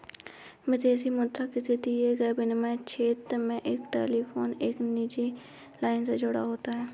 विदेशी मुद्रा किसी दिए गए विनिमय क्षेत्र में एक टेलीफोन एक निजी लाइन से जुड़ा होता है